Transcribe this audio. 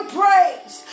praise